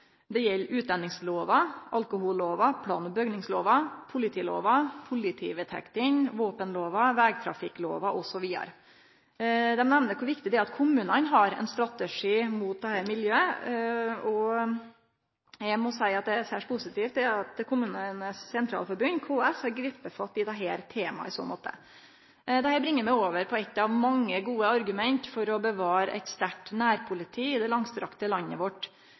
Det gjeld utlendingslova, alkohollova, plan- og bygningslova, politilova, politivedtektene, våpenlova, vegtrafikklova osv. Dei nemner kor viktig det er at kommunane har ein strategi mot dette miljøet, og eg må seie at det er særs positivt at KS har gripe fatt i dette temaet. Dette bringar meg over på eit av mange gode argument for å bevare eit sterkt nærpoliti i det langstrakte landet vårt.